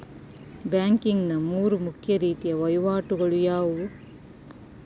Banking ನ ಮೂರು ಮುಖ್ಯ ರೀತಿಯ ವಹಿವಾಟುಗಳು ಯಾವುವು?